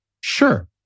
sure